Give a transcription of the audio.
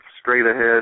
straight-ahead